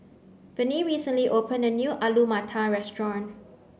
Venie recently opened a new Alu Matar restaurant